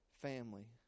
family